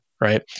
right